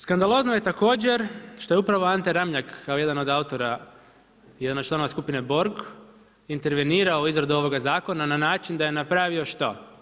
Skandalozno je također što je upravo Ante RAmljak kao jedan od autora i jedan od članova skupine Borg intervenirao u izradu ovog zakona na način da je napravio što?